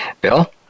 Bill